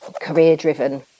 career-driven